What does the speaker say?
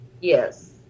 Yes